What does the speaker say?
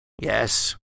yes